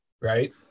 right